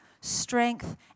Strength